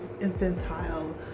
infantile